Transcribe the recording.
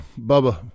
Bubba